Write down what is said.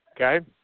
Okay